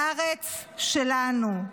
בארץ שלנו.